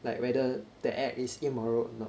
like whether the act is immoral or not